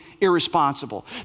irresponsible